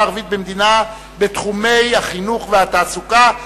הערבית במדינה בתחומי החינוך והתעסוקה.